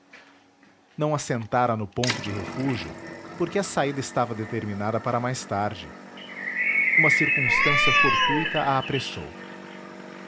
não assentara no ponto de refúgio porque a saída estava determinada para mais tarde uma circunstância fortuita a apressou